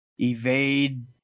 evade